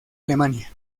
alemania